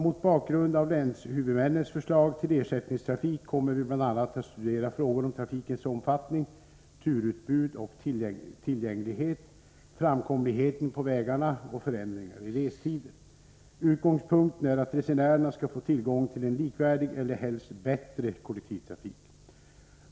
Mot bakgrund av länshuvudmännens förslag till ersättningstrafik kommer vi bl.a. att studera frågor om trafikens omfattning, turutbud och tillgänglighet, framkomligheten på vägarna och förändringar i restider. Utgångspunkten är att resenärerna skall få tillgång till en likvärdig eller helst bättre kollektivtrafik.